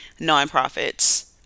nonprofits